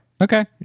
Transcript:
Okay